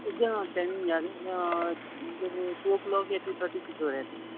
جی ہاں ٹائمنگ یاد ہے جب ٹو او کلاک یا ٹو تھرٹی کچھ ہو رہے تھے